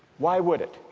why would it?